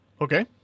Okay